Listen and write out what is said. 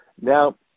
Now